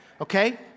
Okay